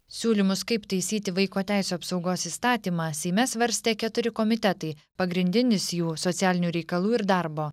siūlymus kaip taisyti vaiko teisių apsaugos įstatymą seime svarstė keturi komitetai pagrindinis jų socialinių reikalų ir darbo